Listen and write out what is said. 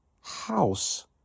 house